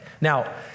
Now